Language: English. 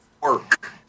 work